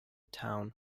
town